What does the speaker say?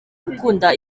gukunda